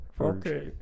Okay